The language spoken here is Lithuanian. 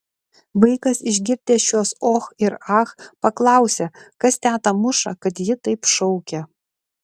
vaikas išgirdęs šiuos och ir ach paklausė kas tetą muša kad ji taip šaukia